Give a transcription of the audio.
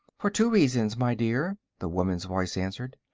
for two reasons, my dear, the woman's voice answered.